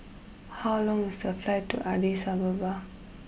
how long is the flight to Addis Ababa